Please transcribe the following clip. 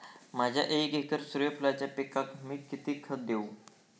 माझ्या एक एकर सूर्यफुलाच्या पिकाक मी किती खत देवू?